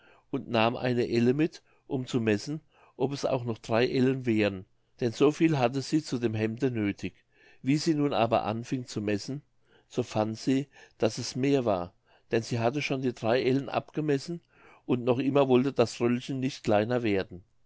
und nahm eine elle mit um zu messen ob es auch noch drei ellen wären denn so viel hatte sie zu dem hemde nöthig wie sie nun aber anfing zu messen so fand sie daß es mehr war denn sie hatte schon die drei ellen abgemessen und noch immer wollte das röllchen nicht kleiner werden